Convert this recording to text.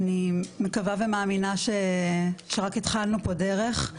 אני מקווה ומאמינה שרק התחלנו פה דרך.